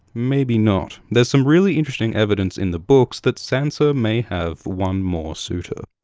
maybe not. there's some really interesting evidence in the books that sansa may have one more suitor.